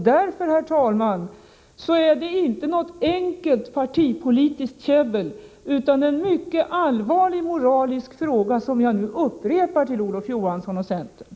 Därför, herr talman, är detta inte något enkelt partipolitiskt käbbel, utan den fråga som jag ställde till Olof Johansson och centern är en mycket allvarlig moralisk fråga som jag nu upprepar.